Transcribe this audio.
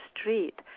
street